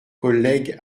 collègue